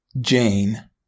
Jane